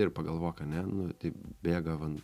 ir pagalvok ane nu taip bėga vand